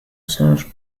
served